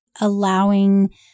allowing